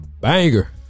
banger